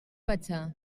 pachá